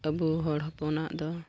ᱟᱵᱚ ᱦᱚᱲ ᱦᱚᱯᱚᱱᱟᱜ ᱫᱚ